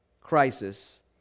crisis